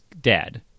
dead